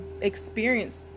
experienced